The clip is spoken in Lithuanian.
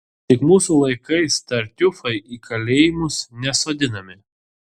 tik mūsų laikais tartiufai į kalėjimus nesodinami